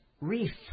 reef